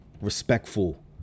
respectful